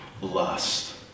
lust